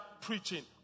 preaching